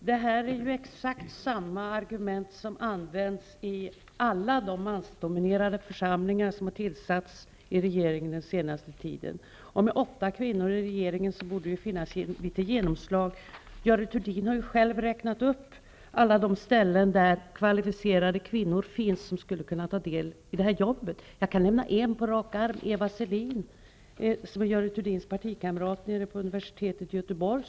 Herr talman! Det är exakt samma argument som används i alla de mansdominerade församlingar som har tillsatts i regeringen under den senaste tiden. Med åtta kvinnor i regeringen borde det finnas litet genomslag. Görel Thurdin har själv räknat upp alla de ställen där kvalificerade kvinnor finns som skulle kunna delta i det här arbetet. Jag kan nämna en på rak arm: Eva Selin, som är Görel Thurdins partikamrat, vid universitetet i Göteborg.